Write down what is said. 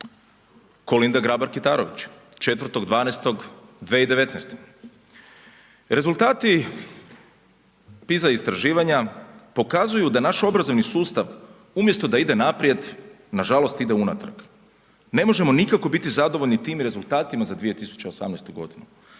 Kolinda Grabar Kitarović, 4.12.2019.: „Rezultati niza istraživanja pokazuju da naš obrazovni sustav umjesto da ide naprijed, nažalost ide unatrag, ne možemo nikako biti zadovoljni tim rezultatima za 2018. godinu.